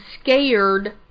scared